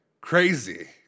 crazy